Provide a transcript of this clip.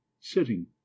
sitting